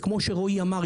וכמו שרועי אמר,